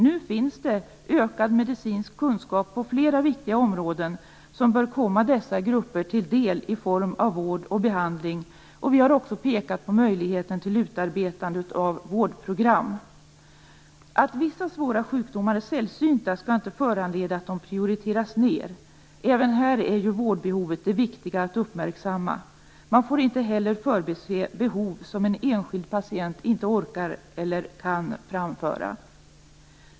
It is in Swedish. Nu finns det ökad medicinsk kunskap på flera viktiga områden som bör komma dessa grupper till del i form av vård och behandling. Vi har också pekat på möjligheten att utarbeta vårdprogram. Att vissa svåra sjukdomar är sällsynta skall inte föranleda att de ges en lägre prioritet. Även här är ju vårdbehovet det viktiga att uppmärksamma. Man får inte heller förbise behov som en enskild patient inte kan eller orkar framföra.